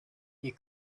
ihr